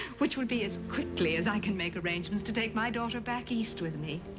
which will be as quickly as i can make arrangements. to take my daughter back east with me.